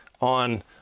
on